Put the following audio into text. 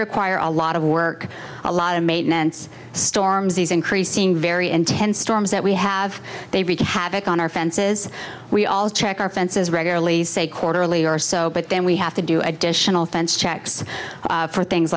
require a lot of work a lot of maintenance storms these increasing very intense storms that we have they wreak havoc on our fences we all check our fences regularly say quarterly or so but then we have to do additional fence checks for things